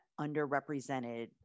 underrepresented